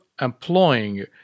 employing